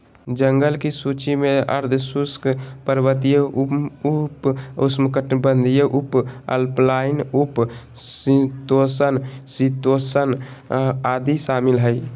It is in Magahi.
जंगल की सूची में आर्द्र शुष्क, पर्वतीय, उप उष्णकटिबंधीय, उपअल्पाइन, उप शीतोष्ण, शीतोष्ण आदि शामिल हइ